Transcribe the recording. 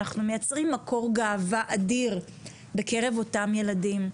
אנחנו מייצרים מקור גאווה אדיר בקרב אותם ילדים,